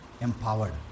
empowered